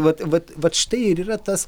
vat vat vat štai ir yra tas